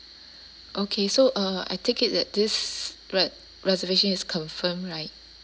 okay so uh I take it that this re~ reservation is confirmed right